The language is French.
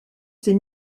ses